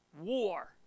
war